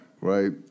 Right